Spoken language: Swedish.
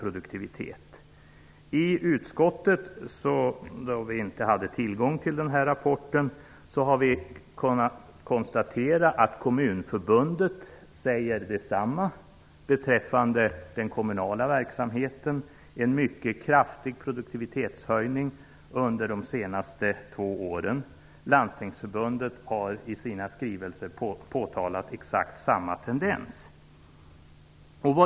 I utskottet hade vi tidigare inte tillgång till denna rapport. Men vi har kunnat konstatera att Kommunförbundet säger detsamma beträffande den kommunala verksamheten, dvs. en mycket kraftig produktivitetshöjning under de senaste två åren. Landstingsförbundet har i sina skrivelser påtalat exakt samma tendens.